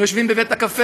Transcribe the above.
הם יושבים בבתי-הקפה,